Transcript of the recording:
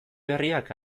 berriak